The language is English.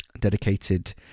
dedicated